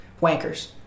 Wankers